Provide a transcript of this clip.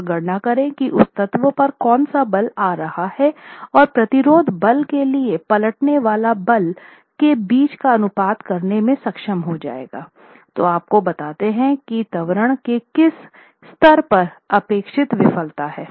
और गणना करें कि उस तत्व पर कौन सा बल आ रहा है और प्रतिरोध बल के लिए पलटने वाला बल के बीच का अनुपात करने में सक्षम हो जाएगा वो आपको बताते हैं कि त्वरण के किस स्तर पर अपेक्षित विफलता है